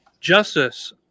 Justice